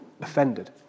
offended